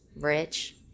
Rich